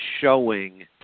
showing